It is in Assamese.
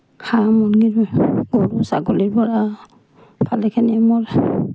হাঁহ মূৰ্গী গৰু ছাগলীৰ পৰা ভালেখিনি মোৰ